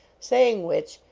saying which,